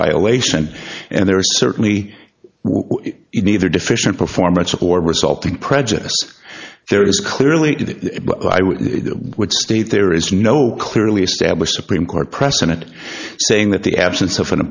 violation and there are certainly either deficient performance or resulting prejudice there is clearly what state there is no clearly established supreme court precedent saying that the absence of an